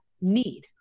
need